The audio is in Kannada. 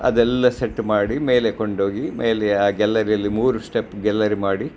ಅದೆಲ್ಲ ಸೆಟ್ ಮಾಡಿ ಮೇಲೆ ಕೊಂಡೋಗಿ ಮೇಲೆ ಆ ಗ್ಯಾಲರಿಯಲ್ಲಿ ಮೂರು ಸ್ಟೆಪ್ ಗ್ಯಾಲರಿ ಮಾಡಿ